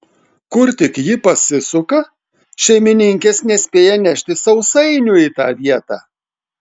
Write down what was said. kur tik ji pasisuka šeimininkės nespėja nešti sausainių į tą vietą